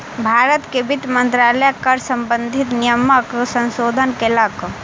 भारत के वित्त मंत्रालय कर सम्बंधित नियमक संशोधन केलक